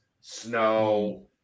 snow